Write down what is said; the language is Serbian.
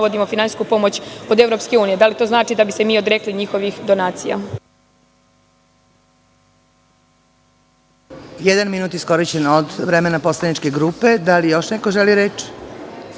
navodimo finansijsku pomoć od EU? Da li to znači da bi se mi odrekli njihovih donacija?